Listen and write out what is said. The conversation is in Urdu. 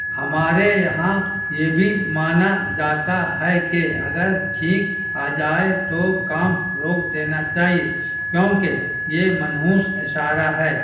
ہمارے یہاں یہ بھی مانا جاتا ہے کہ اگر چھینک آ جائے تو کام روک دینا چاہیے کیونکہ یہ منحوس اشارہ ہے